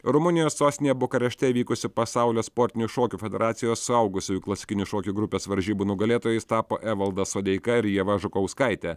rumunijos sostinėje bukarešte įvykusių pasaulio sportinių šokių federacijos suaugusiųjų klasikinių šokių grupės varžybų nugalėtojais tapo evaldas sodeika ir ieva žukauskaitė